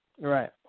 Right